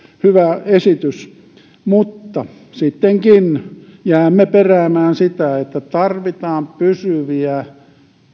hyvä esitys mutta sittenkin jäämme peräämään sitä että tarvitaan pysyviä